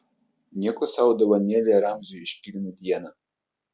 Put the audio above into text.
nieko sau dovanėlė ramziui iškilmių dieną